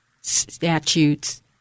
statutes